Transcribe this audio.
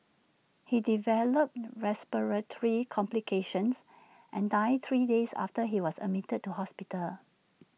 he developed respiratory complications and died three days after he was admitted to hospital